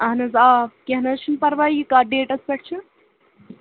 اہن حظ آ کیٚنٛہہ نہ حظ چھُنہٕ پَرواے یہِ کَتھ ڈیٹَس پٮ۪ٹھ چھُ